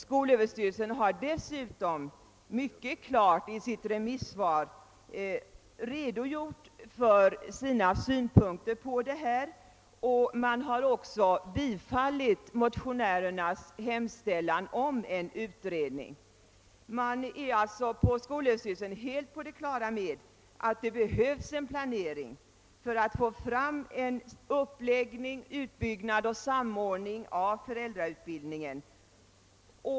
Skolöverstyrelsen har dessutom mycket klart i sitt remissvar redogjort för sina synpunkter på denna fråga och även tillstyrkt motionärernas hemställan om en utredning. På skolöverstyrelsen är man alltså helt på det klara med att det behövs en planering för att få fram en uppläggning, utbyggnad och samordning av föräldrautbildningen.